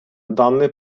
даний